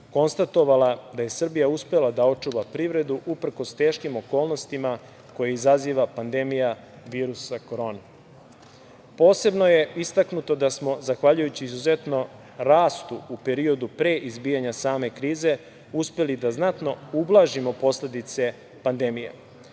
konstatovala da je Srbija uspela da očuva privredu uprkos teškim okolnostima koje izaziva pandemija virusa korona. Posebno je istaknuto da smo zahvaljujući izuzetno rastu u periodu pre izbijanja same krize uspeli da znatno ublažimo posledice pandemije.